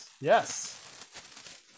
Yes